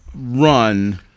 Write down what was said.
run